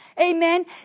amen